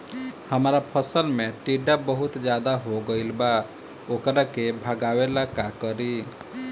हमरा फसल में टिड्डा बहुत ज्यादा हो गइल बा वोकरा के भागावेला का करी?